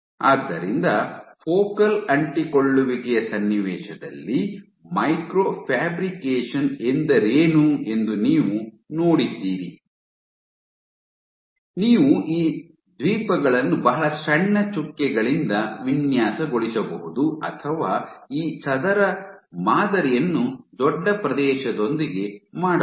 ಆದ್ದರಿಂದ ಫೋಕಲ್ ಅಂಟಿಕೊಳ್ಳುವಿಕೆಯ ಸನ್ನಿವೇಶದಲ್ಲಿ ಮೈಕ್ರೊ ಫ್ಯಾಬ್ರಿಕೇಶನ್ ಎಂದರೇನು ಎಂದು ನೀವು ನೋಡಿದ್ದೀರಿ ನೀವು ಈ ದ್ವೀಪಗಳನ್ನು ಬಹಳ ಸಣ್ಣ ಚುಕ್ಕೆಗಳಿಂದ ವಿನ್ಯಾಸಗೊಳಿಸಬಹುದು ಅಥವಾ ಈ ಚದರ ಮಾದರಿಯನ್ನು ದೊಡ್ಡ ಪ್ರದೇಶದೊಂದಿಗೆ ಮಾಡಬಹುದು